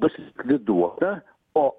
ji bus likviduota o